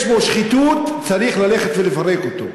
יש בו שחיתות, אז צריך ללכת ולפרק אותו.